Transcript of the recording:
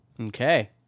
Okay